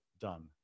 done